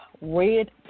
red